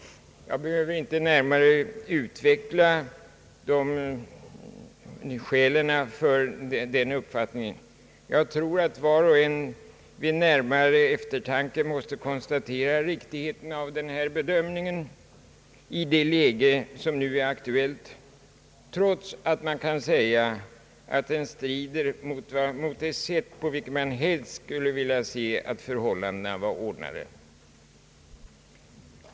Jag behöver inte närmare utveckla de närmare skälen härför. Jag tror att var och en vid närmare eftertanke måste konstatera riktigheten av denna bedömning i det läge som nu är aktuellt trots att man kan säga att den strider mot det sätt på vilket man helst skulle vilja se att förhållandena var ordnade.